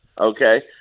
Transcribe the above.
Okay